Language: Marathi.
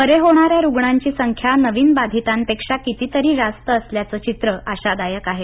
बरे होणाऱ्या रुग्णांची संख्या नवीन कोरोनाबाधितांपेक्षा कितीतरी जास्त असल्याचं चित्र आशादायक आहे